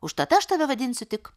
užtat aš tave vadinsiu tik